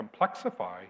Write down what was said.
complexify